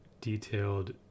detailed